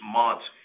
months